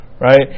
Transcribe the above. Right